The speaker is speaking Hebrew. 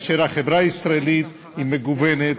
החברה הישראלית היא מגוונת,